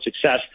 success